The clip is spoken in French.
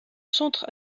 centre